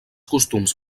costums